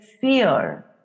fear